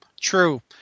True